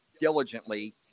diligently